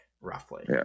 roughly